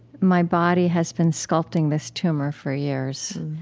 my body has been sculpting this tumor for years.